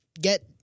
get